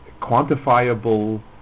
quantifiable